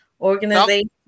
Organization